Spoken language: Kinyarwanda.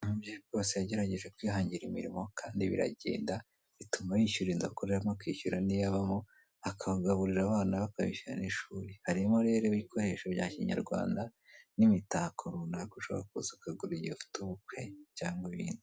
Uno mubyeyi rwose yagerageje kwihangira imirimo kandi biragenda bituma yishyura inzu akoreramo akishyura niyo abamo akagaburira abana be akabishyurira n'ishuri harimo rero ibikoresho bya kinyarwanda n'imitako runaka ushobora kuza ukagura mu igihe ufite ubukwe cyangwa ibindi.